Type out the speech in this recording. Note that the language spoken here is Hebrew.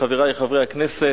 חברי חברי הכנסת,